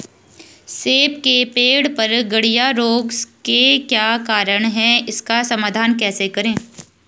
सेब के पेड़ पर गढ़िया रोग के क्या कारण हैं इसका समाधान कैसे करें?